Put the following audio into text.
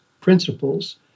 principles